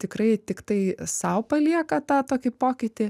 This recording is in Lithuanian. tikrai tiktai sau palieka tą tokį pokytį